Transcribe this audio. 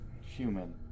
human